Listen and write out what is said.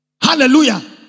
Hallelujah